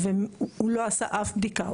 והוא לא עשה אף בדיקה.